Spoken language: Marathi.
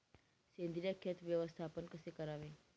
सेंद्रिय खत व्यवस्थापन कसे करावे?